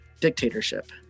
dictatorship